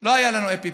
לא היה לנו אפיפן.